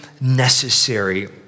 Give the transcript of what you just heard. necessary